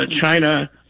china